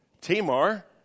Tamar